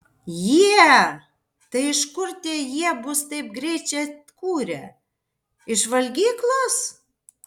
jie tai iš kur tie jie bus taip greit čia atkūrę iš valgyklos